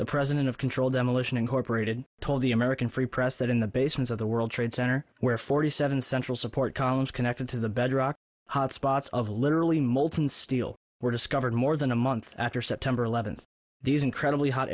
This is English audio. the president of controlled demolition incorporated told the american free press that in the basement of the world trade center where forty seven central support columns connected to the bedrock hotspots of literally molten steel were discovered more than a month after september eleventh these incredibly hot